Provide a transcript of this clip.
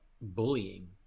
bullying